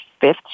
fifth